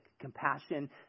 compassion